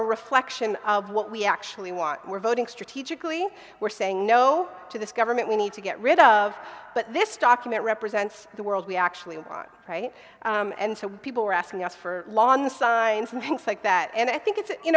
a reflection of what we actually want we're voting strategically we're saying no to this government we need to get rid of but this document represents the world we actually want and so people are asking us for lawn signs and things like that and i think it's